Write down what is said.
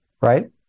Right